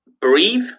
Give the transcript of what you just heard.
Breathe